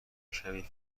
کمی